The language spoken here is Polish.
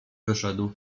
wyszedł